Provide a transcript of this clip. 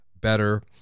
better